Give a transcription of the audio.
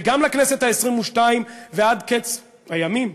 וגם לכנסת העשרים-ושתיים ועד קץ הימים,